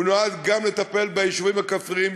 הוא נועד לטפל גם ביישובים הכפריים,